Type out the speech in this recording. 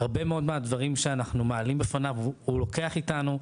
שהרבה מאוד מהדברים שאנחנו מעלים בפניו הוא לוקח איתנו,